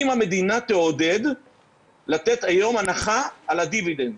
אם המדינה תעודד לתת היום הנחה על הדיבידנד,